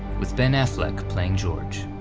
with ben affleck playing george.